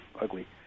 ugly